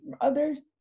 others